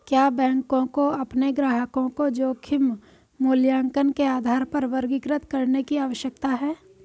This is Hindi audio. क्या बैंकों को अपने ग्राहकों को जोखिम मूल्यांकन के आधार पर वर्गीकृत करने की आवश्यकता है?